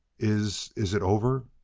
is is it over?